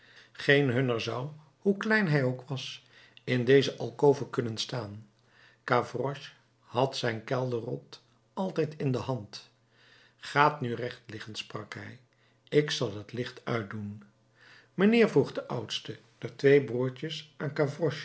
geen hunner zou hoe klein hij ook was in deze alkove kunnen staan gavroche had zijn kelderrot altijd in de hand gaat nu recht liggen sprak hij ik zal het licht uitdoen mijnheer vroeg de oudste der twee broertjes aan